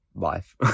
life